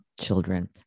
children